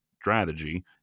strategy